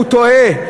הוא טועה.